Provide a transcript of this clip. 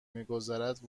میگذارد